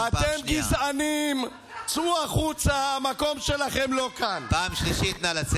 אני קורא אותך לסדר פעם ראשונה.